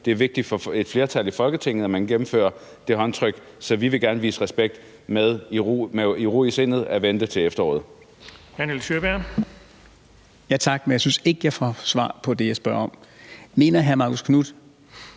Det er vigtigt for et flertal i Folketinget, at man gennemfører det håndtryk, så vi vil gerne vise respekt ved med ro i sindet at vente til efteråret.